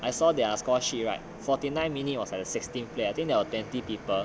I saw their score sheet right forty nine minute was at a sixteen place I think there were twenty people